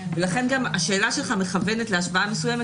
ולכן גם השאלה שלך מכוונת להשוואה מסוימת